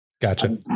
Gotcha